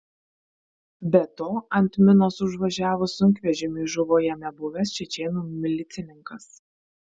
be to ant minos užvažiavus sunkvežimiui žuvo jame buvęs čečėnų milicininkas